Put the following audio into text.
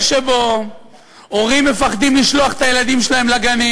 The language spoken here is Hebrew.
שבו הורים מפחדים לשלוח את הילדים שלהם לגנים,